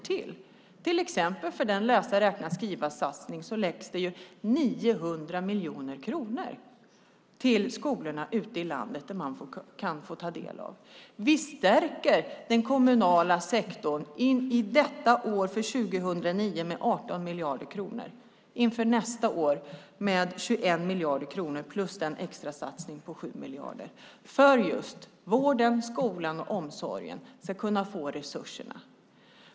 Det gäller till exempel läsa-skriva-räkna-satsningen där det läggs 900 miljoner kronor som skolarna i landet kan få del av. Vi stärker den kommunala sektorn med 18 miljarder kronor 2009 och med 21 miljarder kronor nästa år. Därtill kommer extrasatsningen på 7 miljarder kronor. Det gör vi för att vården, skolan och omsorgen ska kunna få resurser.